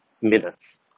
minutes